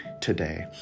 today